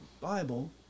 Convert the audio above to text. Bible